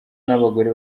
n’abagore